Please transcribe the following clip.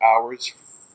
Hours